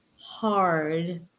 hard